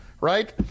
right